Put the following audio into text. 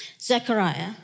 Zechariah